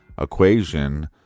equation